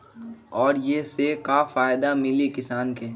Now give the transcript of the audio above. और ये से का फायदा मिली किसान के?